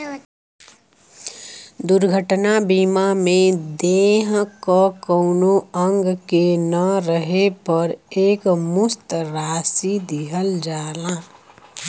दुर्घटना बीमा में देह क कउनो अंग के न रहे पर एकमुश्त राशि दिहल जाला